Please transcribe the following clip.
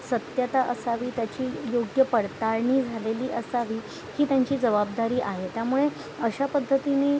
सत्यता असावी त्याची योग्य पडताळणी झालेली असावी ही त्यांची जवाबदारी आहे त्यामुळे अशा पद्धतीने